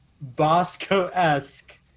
Bosco-esque